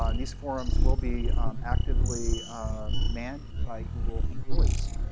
um these forums will be actively manned by google employees.